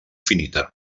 finita